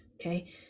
okay